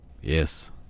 Yes